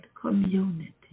community